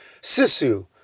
Sisu